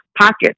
pockets